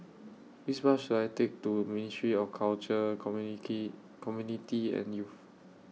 Which Bus should I Take to Ministry of Culture Community and Youth